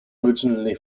originally